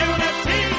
Unity